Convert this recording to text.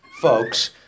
folks